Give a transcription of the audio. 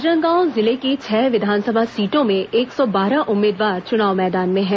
राजनांदगांव जिले की छह विधानसभा सीटों में एक सौ बारह उम्मीदवार चुनाव मैदान में हैं